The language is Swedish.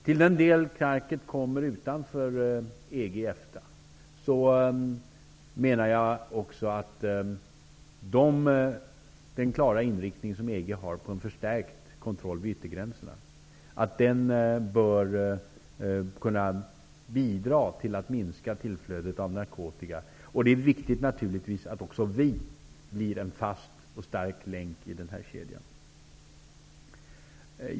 Till den del knarket kommer från områden utanför EG/EFTA menar jag att den klara inriktning som EG har när det gäller en förstärkt kontroll vid yttergränserna bör kunna bidra till ett minskat tillflöde av narkotika. Det är naturligtvis viktigt att också vi blir en fast och stark länk i den här kedjan.